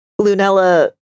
Lunella